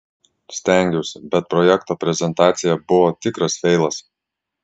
stengiausi bet projekto prezentacija buvo tikras feilas